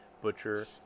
Butcher